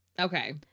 Okay